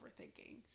overthinking